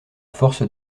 force